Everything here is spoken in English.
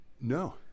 No